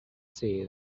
see